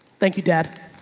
thank you dad.